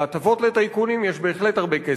להטבות לטייקונים יש בהחלט הרבה כסף.